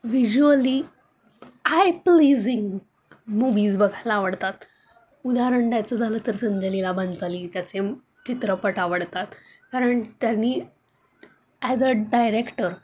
visually eye pleasing movies बघायला आवडतात उदाहरण द्यायचं झालं तर संजय लीला भंसाली त्याचे चित्रपट आवडतात कारण त्यांनी ॲज अ डायरेक्टर